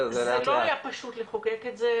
זה לא היה פשוט לחוקק את זה,